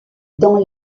dans